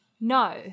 No